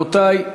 רבותי,